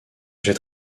j’ai